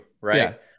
right